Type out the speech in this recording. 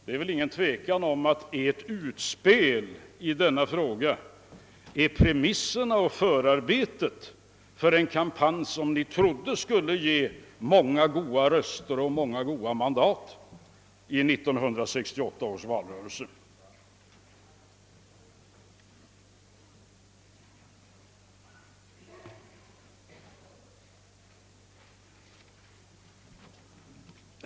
Det är ingen tvekan om att ert utspel i denna fråga utgör premisserna och förarbetet för en kampanj, som ni trodde skulle ge många goda röster och många goda mandat vid 1968 års val.